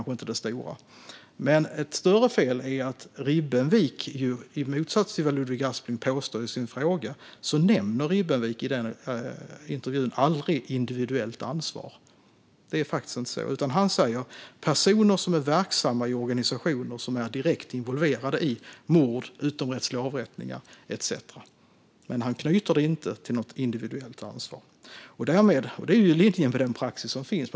Ett större fel är att Ribbenvik i motsats till vad Ludvig Aspling påstår i sin interpellation aldrig nämner individuellt ansvar i den intervjun. Han talar om personer som är verksamma i organisationer som är direkt involverade i mord, utomrättsliga avrättningar etcetera. Men han knyter det inte till något individuellt ansvar. Detta är i linje med den praxis som finns.